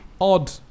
odd